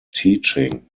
teaching